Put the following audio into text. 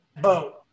boat